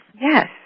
Yes